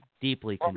deeply